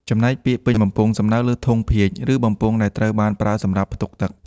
ចំណែកពាក្យ ពេញបំពង់ សំដៅលើធុង ភាជន៍ ឬបំពង់ដែលត្រូវបានប្រើសម្រាប់ផ្ទុកទឹក។